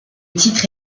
titre